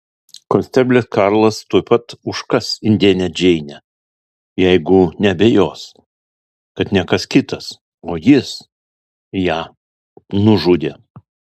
konsteblis karlas tuoj pat užkas indėnę džeinę jeigu neabejos kad ne kas kitas o jis ją nužudė